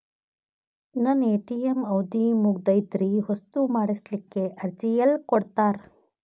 ನನ್ನ ಎ.ಟಿ.ಎಂ ಅವಧಿ ಮುಗದೈತ್ರಿ ಹೊಸದು ಮಾಡಸಲಿಕ್ಕೆ ಅರ್ಜಿ ಎಲ್ಲ ಕೊಡತಾರ?